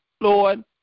Lord